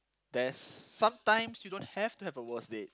there's sometimes you don't have to have a worse date